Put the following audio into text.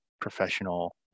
professional